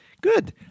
good